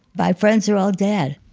my friends are all dead.